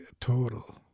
total